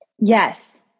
Yes